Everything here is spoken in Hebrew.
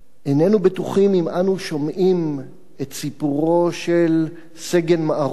איננו בטוחים אם אנו שומעים את סיפורו של סגן מערוף